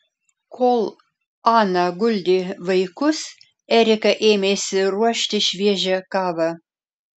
kol ana guldė vaikus erika ėmėsi ruošti šviežią kavą